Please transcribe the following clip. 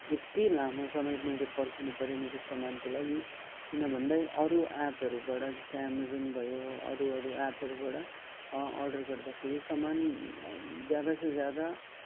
यति लामो समय मैले पर्खिनु पऱ्यो मेरो सामानको लागि किन भन्दै अरू एपहरूबाट जस्तै एमेजोन भयो अरू अरू एपहरूबाट अर्डर गर्दाखेरि सामान ज्यादा से ज्यादा